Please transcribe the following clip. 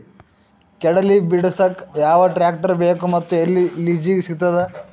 ಕಡಲಿ ಬಿಡಸಕ್ ಯಾವ ಟ್ರ್ಯಾಕ್ಟರ್ ಬೇಕು ಮತ್ತು ಎಲ್ಲಿ ಲಿಜೀಗ ಸಿಗತದ?